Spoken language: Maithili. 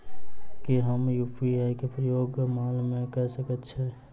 की हम यु.पी.आई केँ प्रयोग माल मै कऽ सकैत छी?